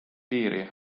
piiri